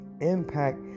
impact